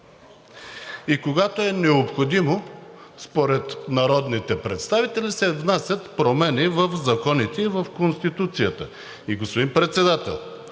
И когато е необходимо според народните представители, се внасят промени в законите и в Конституцията. Господин Председател,